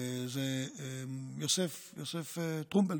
זה יוסף טרומפלדור.